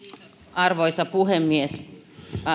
arvoisa puhemies